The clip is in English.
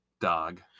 dog